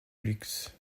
luxe